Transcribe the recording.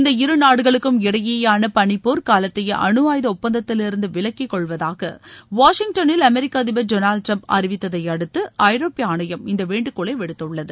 இந்த இருநாடுகளுக்கும் இடையேயான பளிப்போர் காலத்தைய அணுஆயுத ஒப்பந்தத்திலிருந்து விலகி கொள்வதாக வாஷிடங்டளில் அமெரிக்க அதிபர் டொனால்டு டிரம்ப் அறிவித்ததையடுத்து ஐரோப்பிய ஆணையம் இந்த வேண்டுகோளை விடுத்துள்ளது